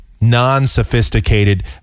non-sophisticated